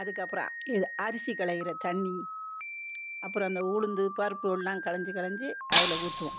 அதுக்கப்புறம் இது அரிசி களைகிற தண்ணி அப்புறோம் இந்த உளுந்து பருப்பெலாம் களைஞ்சி களைஞ்சி அதில் ஊற்றுவோம்